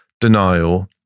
denial